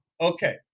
Okay